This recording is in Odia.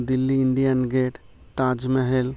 Delhi India Gate Taj Mahal